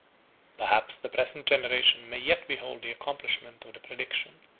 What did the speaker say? perhaps the present generation may yet behold the accomplishment of the prediction,